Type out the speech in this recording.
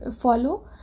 follow